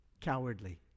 Cowardly